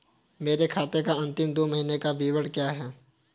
मेरे खाते का अंतिम दो महीने का विवरण क्या है?